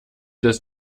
des